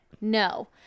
No